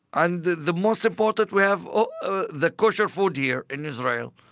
and the most important we have ah the kosher food here, in israel.